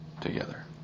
together